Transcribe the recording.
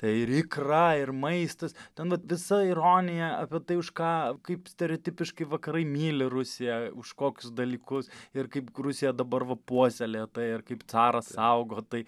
tai ir ikra ir maistas ten vat visa ironija apie tai už ką kaip stereotipiškai vakarai myli rusiją už kokius dalykus ir kaip rusija dabar va puoselėta ir kaip caras saugo tai